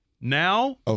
Now